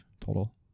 total